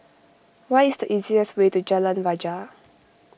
what is the easiest way to Jalan Rajah